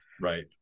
Right